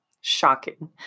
Shocking